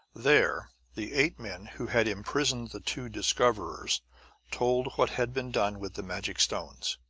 there, the eight men who had imprisoned the two discoverers told what had been done with the magic stones.